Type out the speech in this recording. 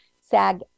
SAG